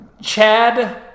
Chad